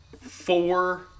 four